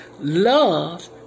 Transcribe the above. Love